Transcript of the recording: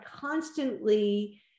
constantly